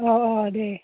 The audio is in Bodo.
अह अह दे